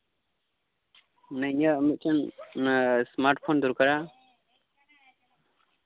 ᱤᱧᱟᱹᱜ ᱢᱤᱫᱴᱮᱱ smart phone ᱫᱚᱨᱠᱟᱨᱟ